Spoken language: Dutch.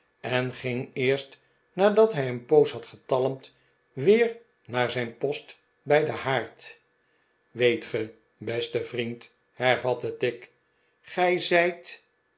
en ging eerst nadat hij een poos had getalmd weer naar zijn post bij den haard weet ge beste vriend hervatte tigg gij zijt